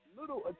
little